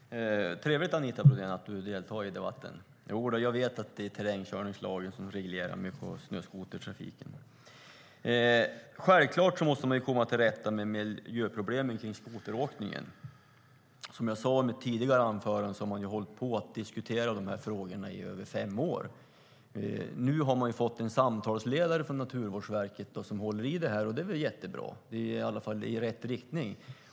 Fru talman! Trevligt, Anita Brodén, att du vill delta i debatten! Jo då, Lena Ek, jag vet att det är terrängkörningslagen som reglerar mycket av snöskotertrafiken. Självklart måste man komma till rätta med miljöproblemen kring skoteråkningen. Som jag sade i mitt tidigare anförande har man hållit på och diskuterat de här frågorna i över fem år. Nu har man fått en samtalsledare från Naturvårdsverket som håller i det, och det är väl jättebra. Det är i all fall ett steg i rätt riktning.